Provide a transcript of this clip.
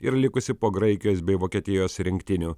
ir likusi po graikijos bei vokietijos rinktinių